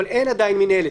אבל אין עדיין מנהלת.